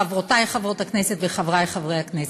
חברותי חברות הכנסת וחברי חברי הכנסת,